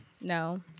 No